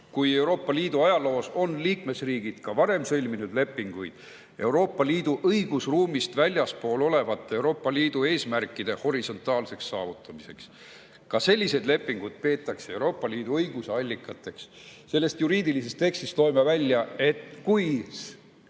nii: Euroopa Liidu ajaloos on liikmesriigid ka varem sõlminud lepinguid Euroopa Liidu õigusruumist väljaspool olevate Euroopa Liidu eesmärkide horisontaalseks saavutamiseks. Ka selliseid lepinguid peetakse Euroopa Liidu õiguse allikateks. Sellest juriidilisest tekstist loeme välja, et kui